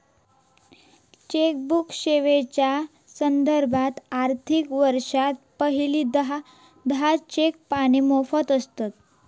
chequebook सेवेच्यो संदर्भात, आर्थिक वर्षात पहिली दहा चेक पाने मोफत आसतत